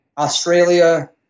Australia